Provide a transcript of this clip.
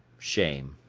shame.